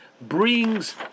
brings